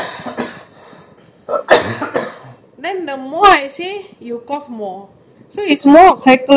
then the more I say you cough more so it's more of psychologically trigger cough rather than physically tigger cough